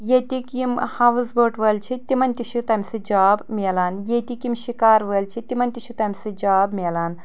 ییٚتِکۍ یِم house boat وٲلۍ چھِ تِمن تہِ چھ تمہِ سۭتۍ جاب مِلان ییٚتِکۍ یم شکار وٲلۍ چھِ تِمن تہِ چھ تمہِ سۭتۍ جاب مِلان